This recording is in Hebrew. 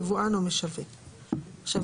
יבואן או משווק עכשיו,